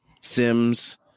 Sims